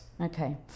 okay